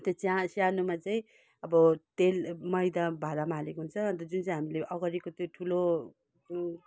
त्यो छ्या सानोमा चाहिँ अब तेल मैदा भाँडामा हालेको हुन्छ अन्त जुन चाहिँ हामीले अघाडिको त्यो ठुलो